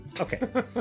okay